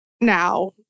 now